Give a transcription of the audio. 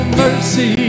mercy